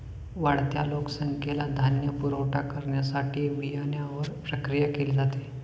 वाढत्या लोकसंख्येला धान्य पुरवठा करण्यासाठी बियाण्यांवर प्रक्रिया केली जाते